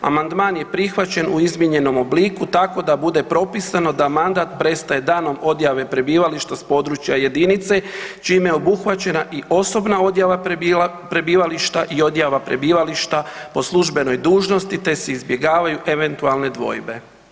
Amandman je prihvaćen u izmijenjenom obliku tako da bude propisano da mandat prestaje danom odjave prebivališta s područja jedinice čime obuhvaćena i osobna odjava prebivališta i odjava prebivališta po službenoj dužnosti te se izbjegavaju eventualne dvojbe.